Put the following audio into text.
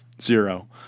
Zero